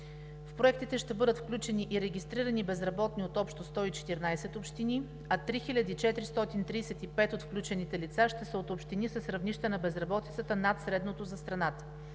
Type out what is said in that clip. В проектите ще бъдат включени и регистрирани безработни от общо 114 общини, а 3435 от включените лица ще са от общини с равнища на безработицата над средното за страната.